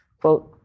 Quote